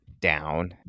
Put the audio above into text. down